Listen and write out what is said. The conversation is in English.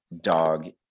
dog